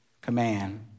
command